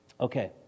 Okay